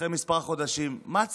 אחרי כמה חודשים, למה ציפיתם?